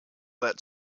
that